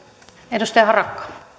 arvoisa puhemies